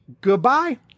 Goodbye